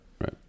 right